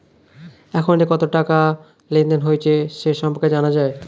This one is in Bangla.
অ্যাকাউন্টে কত টাকা লেনদেন হয়েছে সে সম্পর্কে জানা যায়